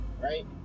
right